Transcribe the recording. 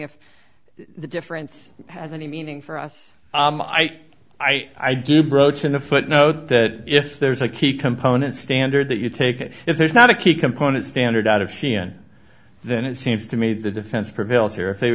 if the difference has any meaning for us i think i do broach in the footnote that if there's a key component standard that you take if there's not a key component standard out of c n n then it seems to me the defense prevails here if they